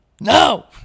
No